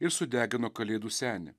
ir sudegino kalėdų senį